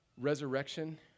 resurrection